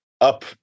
up